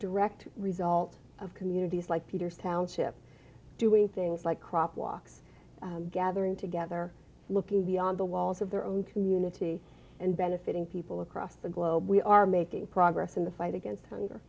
direct result of communities like peter township doing things like crop walks gathering together looking beyond the walls of their own community and benefiting people across the globe we are making progress in the fight against